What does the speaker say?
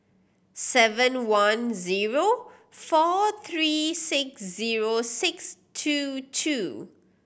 seven one zero four three six zero six two two